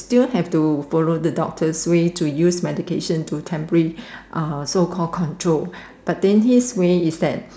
still have to follow the doctor's way to use medication to temporary uh so call control but then his way is that